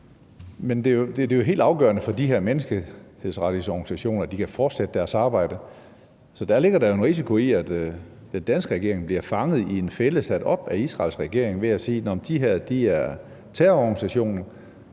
Men det er jo helt afgørende for de her menneskerettighedsorganisationer, at de kan fortsætte deres arbejde. Så der ligger jo en risiko i, at den danske regering bliver fanget i en fælde sat op af Israels regering ved at sige, at de her er terrororganisationer.